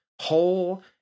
whole